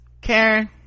Karen